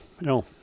no